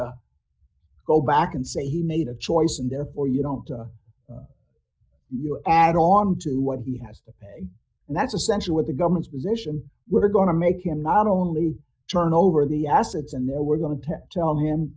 to go back and say he made a choice and therefore you don't you add on to what he has to pay and that's essentially what the government's position we're going to make him not only turn over the assets and there we're going to tell him